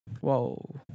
Whoa